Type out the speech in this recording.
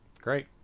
Great